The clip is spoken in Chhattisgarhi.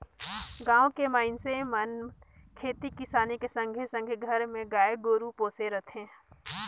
गाँव के मइनसे मन खेती किसानी के संघे संघे घर मे गाय गोरु पोसे रथें